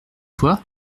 toi